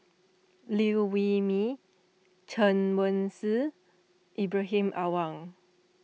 Liew Wee Mee Chen Wen Hsi Ibrahim Awang